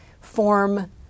form